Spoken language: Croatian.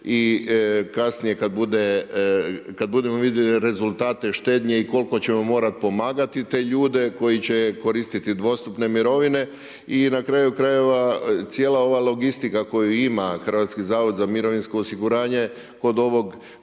i kasnije kad budemo vidjeli rezultate štednje i koliko ćemo morati pomagati te ljude koji će koristit dvostupne mirovine i na kraju krajeva, cijela ova logistika koja ima HZMO, kod ovog primjera koji